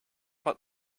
what